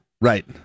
right